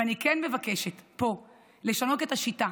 ואני כן מבקשת פה לשנות את השיטה,